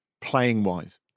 playing-wise